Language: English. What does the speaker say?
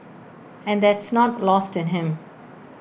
and that's not lost in him